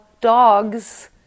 dogs